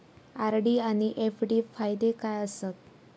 RD आनि FD फायदे काय आसात?